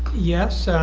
yes.